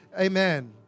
Amen